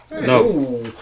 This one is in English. No